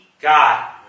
God